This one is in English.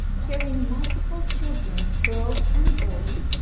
carrying multiple children, girls and boys.